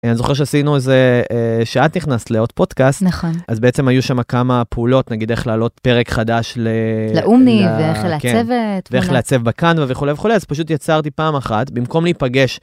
אני זוכר שעשינו איזה, כשאת נכנסת לעוד פודקאסט, אז בעצם היו שם כמה פעולות, נגיד איך לעלות פרק חדש לאומני, ואיך לעצב בקנבה וכולי וכולי, אז פשוט יצרתי פעם אחת, במקום להיפגש.